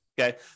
okay